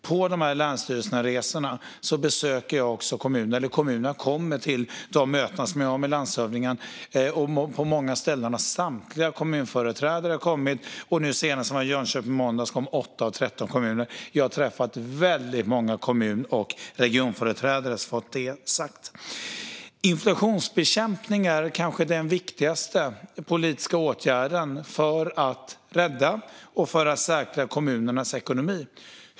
På dessa resor kommer kommunrepresentanter till de möten jag har med landshövdingen, och på många ställen har samtliga kommunföreträdare kommit. Senast i måndags var jag i Jönköping, och då kom företrädare för 8 av 13 kommuner. Jag har alltså träffat väldigt många kommun och regionföreträdare. Inflationsbekämpning är kanske den viktigaste politiska åtgärden för att rädda och säkra kommunernas ekonomi.